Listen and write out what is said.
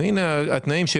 התנאים.